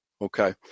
Okay